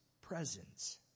presence